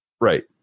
right